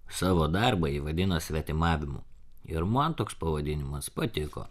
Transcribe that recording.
savo darbą ji vadina svetimavimu ir man toks pavadinimas patiko